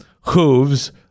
hooves